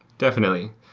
definitely.